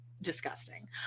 Disgusting